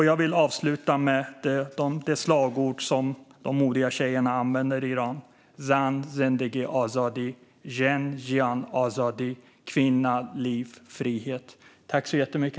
Jag vill avsluta med de slagord som de modiga tjejerna använder i Iran: "zan, zendegi, azadi! ", "jin, jiyan, azadi!" - kvinna, liv, frihet!